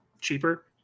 cheaper